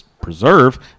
preserve